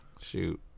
Shoot